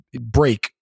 Break